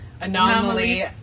anomaly